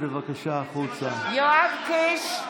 (קוראת בשמות חברי הכנסת) יואב קיש,